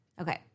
Okay